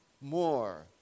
more